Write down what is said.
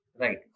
Right